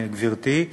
גברתי.